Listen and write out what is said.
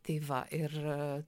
tai va ir